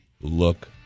look